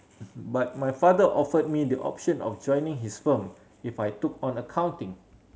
but my father offered me the option of joining his firm if I took on accounting